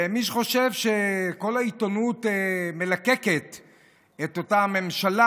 ומי שחושב שכל העיתונות מלקקת את אותה ממשלה,